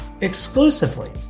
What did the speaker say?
exclusively